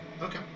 Okay